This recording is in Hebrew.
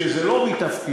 שזה לא מתפקידו,